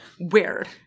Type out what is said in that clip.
Weird